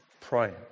praying